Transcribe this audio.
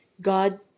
god